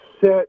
set